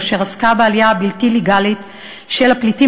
אשר עסקה בעלייה הבלתי-לגלית של הפליטים